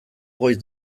goiz